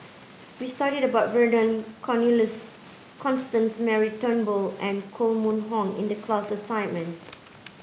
we studied about Vernon Cornelius Constance Mary Turnbull and Koh Mun Hong in the class assignment